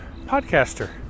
podcaster